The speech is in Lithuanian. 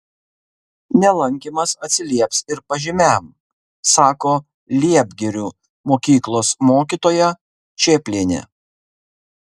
nelankymas atsilieps ir pažymiam sako liepgirių mokyklos mokytoja čėplienė